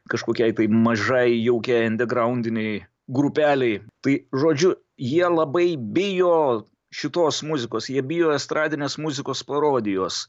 kažkokiai tai mažai jaukiai andegraundinei grupelei tai žodžiu jie labai bijo šitos muzikos jie bijo estradinės muzikos parodijos